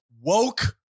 woke